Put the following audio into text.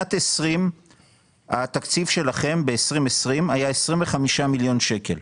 בשנת 2020 התקציב שלכם היה 25 מיליון שקל.